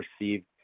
received